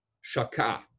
shaka